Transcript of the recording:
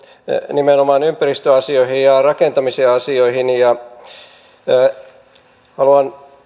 nimenomaan ympäristöasioihin ja rakentamisen asioihin haluan